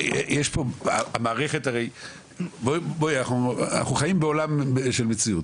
אנחנו חיים בעולם של מציאות.